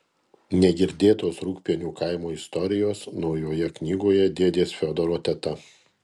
negirdėtos rūgpienių kaimo istorijos naujoje knygoje dėdės fiodoro teta